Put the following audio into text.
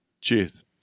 Cheers